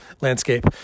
landscape